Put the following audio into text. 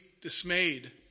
dismayed